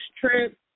trip